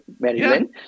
Maryland